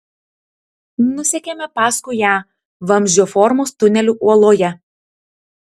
nusekėme paskui ją vamzdžio formos tuneliu uoloje